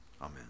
Amen